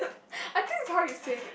I think is how you say it